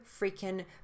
freaking